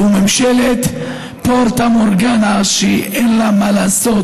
זאת ממשלת פטה מורגנה שאין לה מה לעשות.